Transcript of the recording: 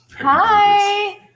Hi